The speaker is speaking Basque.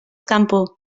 kanpo